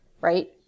right